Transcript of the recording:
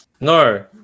No